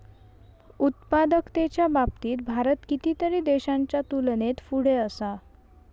उत्पादकतेच्या बाबतीत भारत कितीतरी देशांच्या तुलनेत पुढे असा